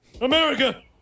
America